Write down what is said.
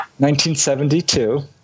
1972